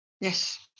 Yes